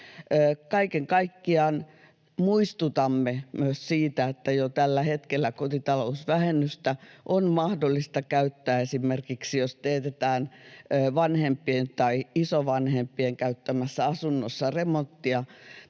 Kaiken kaikkiaan muistutamme myös siitä, että jo tällä hetkellä kotitalousvähennystä on mahdollista käyttää esimerkiksi, jos teetetään vanhempien tai isovanhempien käyttämässä asunnossa remonttia.